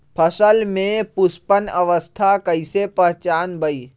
फसल में पुष्पन अवस्था कईसे पहचान बई?